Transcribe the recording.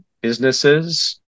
businesses